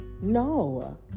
no